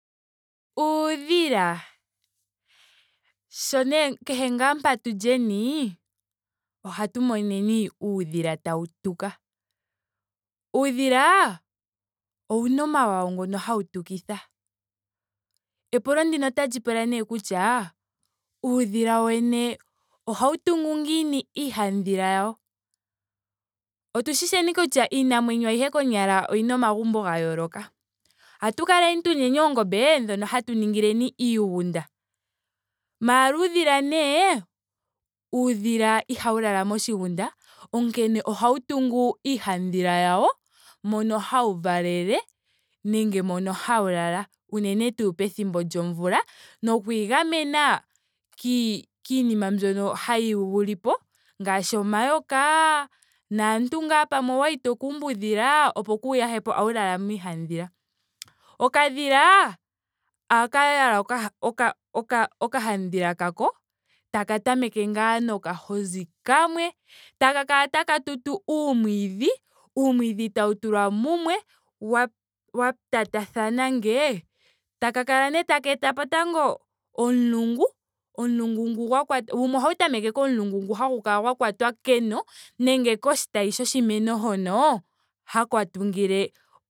Uudhila. sho nee- kehe ngaa mpa tu lyeni ohatu moneni uudhila. Uudhila ouna omawawa ngoka hau tukitha. Epulo ndika otali pula nee kutya uudhila wo wene ohau tungu ngiini iihadhila yawo? Otushishi kutya iinamwenyo ayihe oyina omagumbo ga yooloka. Ohatu kala noongombe dhoka hatu ningile iigunda. Maara uudhila nee. uudhila ihawu lala moshigunda onkene ohwu tungu iidhadhila yawo moka hau valele nenge moka hawu lala. unene tuu pethimbo lyomvula noku igamena ki- kiinima mbono hayi wu lipo ngaashi omayona naantu ngaa pamwe okwali toka umba uudhila. opo waahewu yahepo. ohau lala miihadhila. Okadhila ohaka yala oka- oka- okadhadhila kako taka tameke ngaa nokahozi kamwe taka kala taka tutu uumwiidhi. uumwiidhi tau tulwa mumwe. wa- wa kwatathana ngee. taka kala nee taka etapo tango omulungu. omulungu ngu gwa kwata. wumwe ohau tameke nomulungu ngu hagu kala gwa kwatwa keno. nenge koshitayi shoshimeno haka tungile